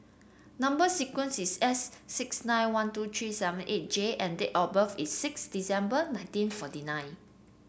number sequence is S six nine one two three seven eight J and date of birth is six December nineteen forty nine